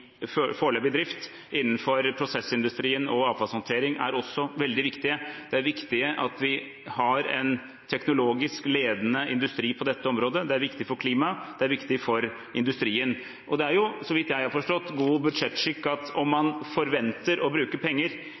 foreløpig drift innenfor prosessindustrien og avfallshåndtering, er også veldig viktige. Det er viktig at vi har en teknologisk ledende industri på dette området – det er viktig for klimaet, det er viktig for industrien. Det er, så vidt jeg har forstått, god budsjettskikk at om man forventer å bruke penger